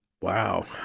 Wow